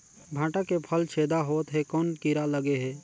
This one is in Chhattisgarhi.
भांटा के फल छेदा होत हे कौन कीरा लगे हे?